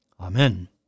Amen